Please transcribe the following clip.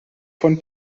von